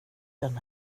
den